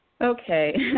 Okay